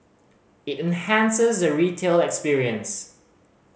it enhances the retail experience